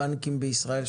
הבנקים בישראל,